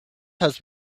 has